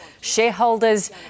shareholders